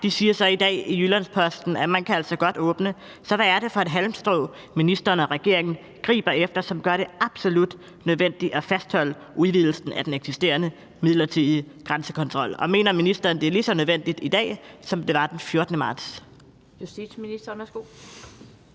de siger så i dag i Jyllands-Posten, at man altså godt kan åbne. Så hvad er det for et halmstrå, ministeren og regeringen griber efter, som gør det absolut nødvendigt at fastholde udvidelsen af den eksisterende midlertidige grænsekontrol? Og mener ministeren, det er lige så nødvendigt i dag, som det var den 14. marts? Kl. 15:25 Den fg.